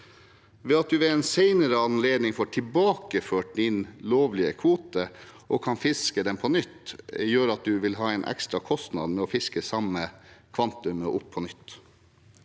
At man ved en senere anledning får tilbakeført sin lovlige kvote og kan fiske den på nytt, gjør at man vil ha en ekstra kostnad ved å fiske opp det samme kvantumet på nytt.